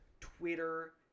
Twitter